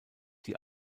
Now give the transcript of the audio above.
die